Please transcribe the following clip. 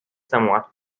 somewhat